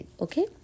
okay